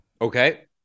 Okay